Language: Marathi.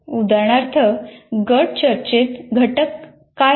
उदाहरणार्थ गट चर्चेत घटक काय आहेत